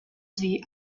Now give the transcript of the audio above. sie